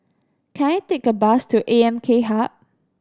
can I take a bus to A M K Hub